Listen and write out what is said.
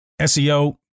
SEO